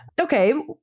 Okay